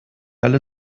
alle